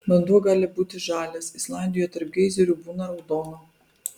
vanduo gali būti žalias islandijoje tarp geizerių būna raudono